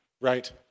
right